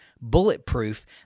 Bulletproof